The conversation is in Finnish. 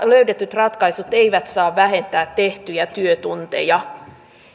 löydetyt ratkaisut eivät saa vähentää tehtyjä työtunteja